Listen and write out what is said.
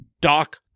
Doc